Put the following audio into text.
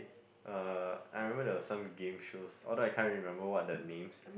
uh I remember there're some game shows although I can't remember what are the names